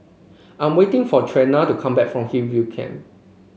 I'm waiting for Trena to come back from Hillview Camp